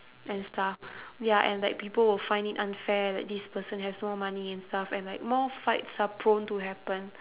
and stuff ya and like people will find it unfair that this person has more money and stuff and like more fights are prone to happen